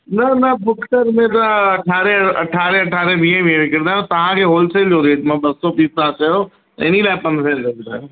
न न फ़ुटकर में त अट्ठारहें अट्ठारहें अट्ठारहें वीहे वीहे विकिणंदा आहियूं तव्हां खे होल सेल जो रेट मां ॿ सौ पीस तव्हां चयो इन लाइ पंद्रहें रुपए ॿुधायोमांव